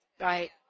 Right